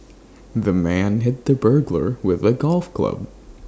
the man hit the burglar with A golf club